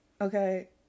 Okay